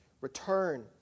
return